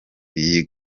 iyi